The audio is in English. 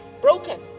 broken